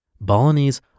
Balinese